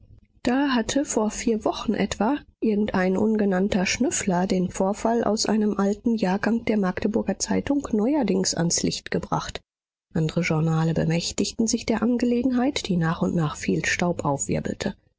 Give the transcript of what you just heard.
da hatte vor vier wochen etwa irgendein ungenannter schnüffler den vorfall aus einem alten jahrgang der magdeburger zeitung neuerdings ans licht gebracht andre journale bemächtigten sich der angelegenheit die nach und nach viel staub